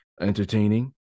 entertaining